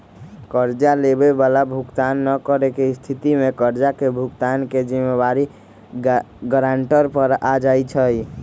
कर्जा लेबए बला भुगतान न करेके स्थिति में कर्जा के भुगतान के जिम्मेदारी गरांटर पर आ जाइ छइ